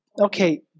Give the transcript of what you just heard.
okay